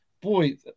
boy